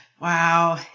Wow